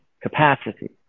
capacity